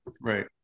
right